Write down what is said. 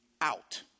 out